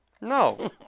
No